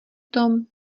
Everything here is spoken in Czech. tom